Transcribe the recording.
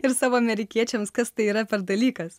ir savo amerikiečiams kas tai yra per dalykas